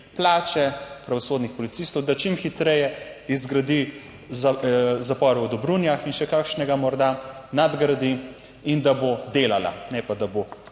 plače pravosodnih policistov, da čim hitreje zgradi zapor v Dobrunjah in še kakšnega morda nadgradi in da bo delala, ne pa da bo